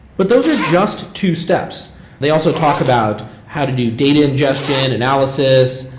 but those are just two steps they also talk about how to do data ingestion, analysis,